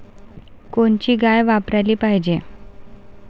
कोनची गाय वापराली पाहिजे?